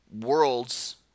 worlds